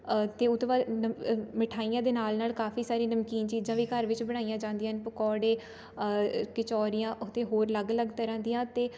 ਅਤੇ ਉਹ ਤੋਂ ਬਾਅਦ ਮਿਠਾਈਆਂ ਦੇ ਨਾਲ ਨਾਲ ਕਾਫੀ ਸਾਰੀ ਨਮਕੀਨ ਚੀਜ਼ਾਂ ਵੀ ਘਰ ਵਿੱਚ ਬਣਾਈਆਂ ਜਾਂਦੀਆਂ ਪਕੌੜੇ ਕਚੌਰੀਆਂ ਅਤੇ ਹੋਰ ਅਲੱਗ ਅਲੱਗ ਤਰ੍ਹਾਂ ਦੀਆਂ ਅਤੇ